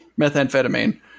methamphetamine